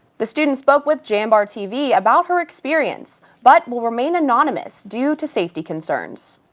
the student spoke with jambar tv about her experience but will remain anonymous due to safety concerns.